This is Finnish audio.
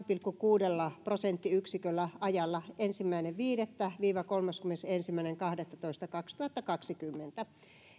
pilkku kuudella prosenttiyksiköllä ajalla ensimmäinen viidettä viiva kolmaskymmenesensimmäinen kahdettatoista kaksituhattakaksikymmentä